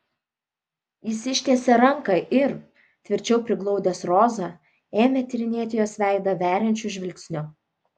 jis ištiesė ranką ir tvirčiau priglaudęs rozą ėmė tyrinėti jos veidą veriančiu žvilgsniu